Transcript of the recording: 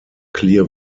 clear